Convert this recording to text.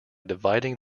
dividing